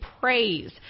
praise